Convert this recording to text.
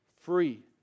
free